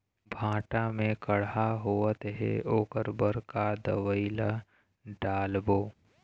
भांटा मे कड़हा होअत हे ओकर बर का दवई ला डालबो?